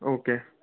okay